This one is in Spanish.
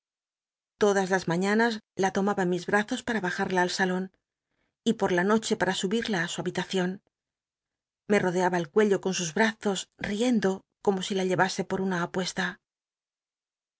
odas las mañanas la lomaba en mis btazos para bajatla ti salon y por la noche para subirla á su habitacion me rodeaba el cuello con sus brazos riendo como si la llevase por una apuesta